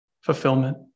fulfillment